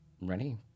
ready